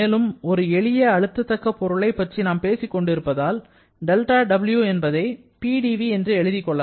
மேலும் ஒரு எளிய அழுத்த தக்க பொருளைப் பற்றி நாம் பேசிக் கொண்டிருப்பதால் δW என்பதை PdV என்று எழுதிக் கொள்ளலாம்